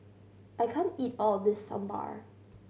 I can't eat all of this Sambar